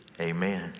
Amen